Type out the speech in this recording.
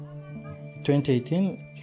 2018